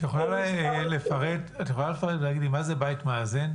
את יכולה לפרט ולהגיד לי מה זה בית מאזן?